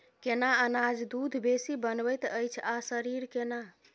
केना अनाज दूध बेसी बनबैत अछि आ शरीर केना?